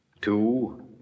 two